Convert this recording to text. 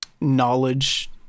knowledge